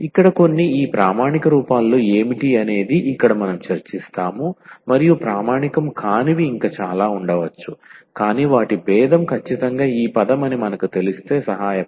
ఇక్కడ కొన్ని ఈ ప్రామాణిక రూపాల్లో ఏమిటి అనేది ఇక్కడ మనం చర్చిస్తాము మరియు ప్రామాణికం కానివి ఇంకా చాలా ఉండవచ్చు కాని వాటి భేదం ఖచ్చితంగా ఈ పదం అని మనకు తెలిస్తే సహాయపడుతుంది